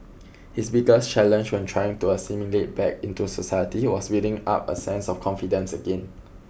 his biggest challenge when trying to assimilate back into society was building up a sense of confidence again